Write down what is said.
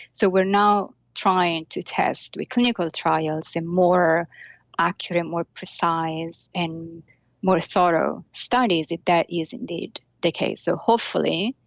so, we're now trying to test with clinical trials in more accurate, more precise, and more thorough studies if that is indeed the case. so hopefully